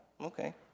okay